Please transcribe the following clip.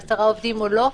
מ-10 עובדים או לא.